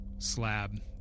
Slab